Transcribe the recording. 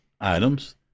items